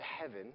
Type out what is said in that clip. heaven